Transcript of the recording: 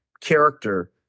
character